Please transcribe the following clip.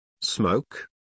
smoke